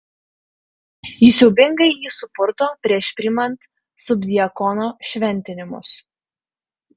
jis siaubingai jį supurto prieš priimant subdiakono šventimus